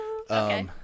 Okay